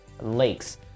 Lakes